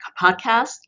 podcast